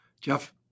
Jeff